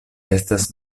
estas